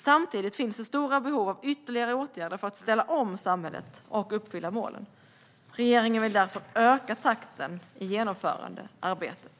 Samtidigt finns stora behov av ytterligare åtgärder för att ställa om samhället och uppfylla målen. Regeringen vill därför öka takten i genomförandearbetet.